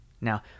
Now